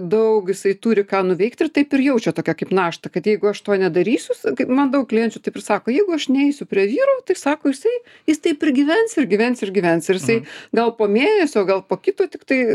daug jisai turi ką nuveikti ir taip ir jaučia tokią kaip naštą kad jeigu aš to nedarysiu kaip man daug klienčių taip ir sako jeigu aš neisiu prie vyro tai sako jisai jis taip ir gyvens ir gyvens ir gyvens ir jisai gal po mėnesio gal po kito tiktai